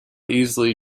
easily